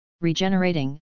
regenerating